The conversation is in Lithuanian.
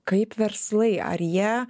kaip verslai ar jie